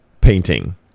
Painting